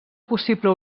possible